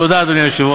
תודה, אדוני היושב-ראש.